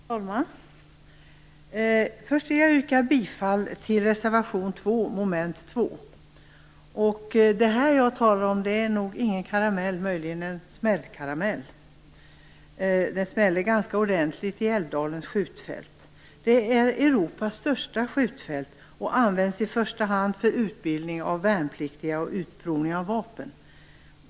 Fru talman! Först vill jag yrka bifall till reservation 2 under mom. 2. Det jag skall tala om är nog ingen karamell, möjligen en smällkaramell. Det smäller ganska ordentligt på Älvdalens skjutfält. Det är Europas största skjutfält och används i första hand för utbildning av värnpliktiga och utprovning av vapen.